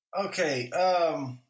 Okay